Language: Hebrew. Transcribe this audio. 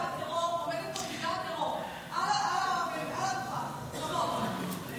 עומדת פה נפגעת טרור על הדוכן, כבוד,